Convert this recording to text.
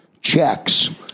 checks